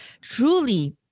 truly